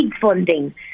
funding